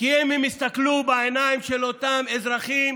כי אם הם יסתכלו בעיניים של אותם אזרחים,